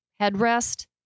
headrest